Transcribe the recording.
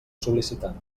sol·licitant